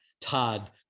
Todd